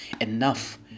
enough